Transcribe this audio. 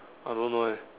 I don't know leh